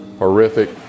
horrific